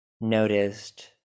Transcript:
noticed